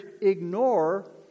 ignore